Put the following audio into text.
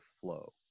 flow